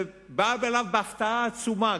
זה בא אליו בהפתעה עצומה,